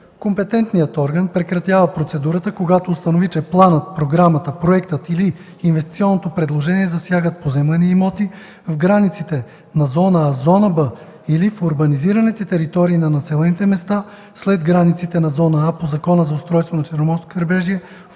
Компетентният орган прекратява процедурата, когато установи, че планът, програмата, проектът или инвестиционното предложение засягат поземлени имоти в границите на зона „А”, зона „Б” или в урбанизираните територии на населените места след границите на зона „А” по Закона за устройството на Черноморското крайбрежие,